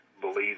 believes